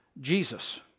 Jesus